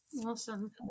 awesome